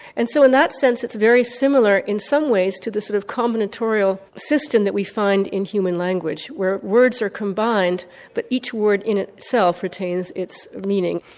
and so in that sense it's very similar in some ways to the sort of combinatorial system that we find in human language where words are combined but each word in itself retains its meaning.